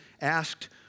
asked